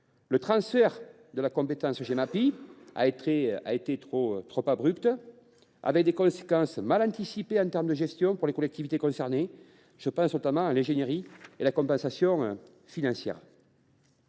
Le transfert de la compétence Gemapi a été trop abrupt, avec des conséquences mal anticipées en termes de gestion pour les collectivités concernées. Je pense notamment à l’ingénierie et à la compensation financière.